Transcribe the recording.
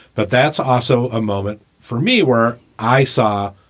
but that's also a moment for me where i saw,